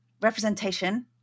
representation